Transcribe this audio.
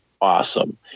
awesome